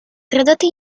tradotte